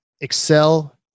excel